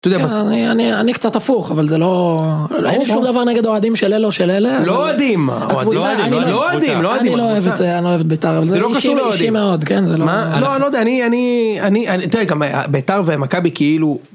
אני אני אני קצת הפוך אבל זה לא אין לי שום דבר נגד אוהדים של אלו של אלה. לא האוהדים. הקבוצה. לא האוהדים. לא האוהדים, הקבוצה. אני לא אוהב את זה, אני לא אוהב את ביתר. זה אישי אישי מאוד.כן. זה לא. מה. לא, אני אני לא יודע. אני אני אני אני, תראה גם ביתר ומכבי כאילו